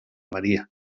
maria